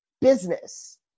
business